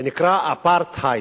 זה נקרא אפרטהייד.